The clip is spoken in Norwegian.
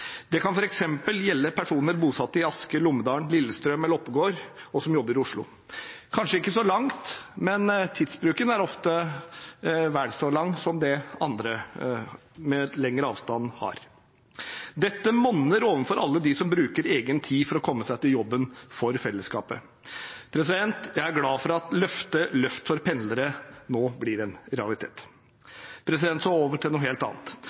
Det kan f.eks. gjelde personer bosatt i Asker, Lommedalen, Lillestrøm eller Oppegård som jobber i Oslo. Det er kanskje ikke så langt, men tidsbruken er ofte vel så høy som det andre med lenger avstand har. Dette monner overfor alle dem som bruker egen tid for å komme seg på jobb for fellesskapet. Jeg er glad for at løftet for pendlere nå blir en realitet. Så over til noe helt annet: